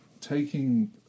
taking